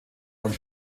und